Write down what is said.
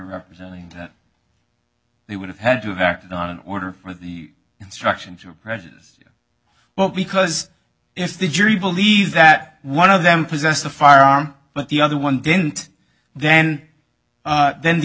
representing that they would have had to have acted on in order for the instructions are prejudiced well because if the jury believes that one of them possess a firearm but the other one didn't then then the